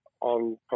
on